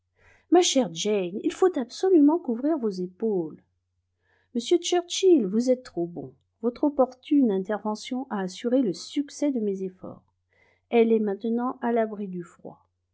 ma chère jane il faut absolument couvrir vos épaules monsieur churchill vous êtes trop bon votre opportune intervention a assuré le succès de mes efforts elle est maintenant à l'abri du froid